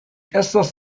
estas